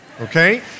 okay